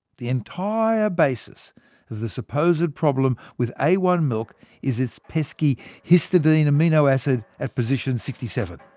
the entire basis of the supposed problem with a one milk is its pesky histidine amino acid at position sixty seven.